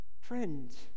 Friends